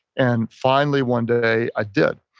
and finally one day i did.